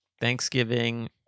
Thanksgiving